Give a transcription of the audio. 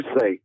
say